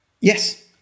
Yes